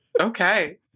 Okay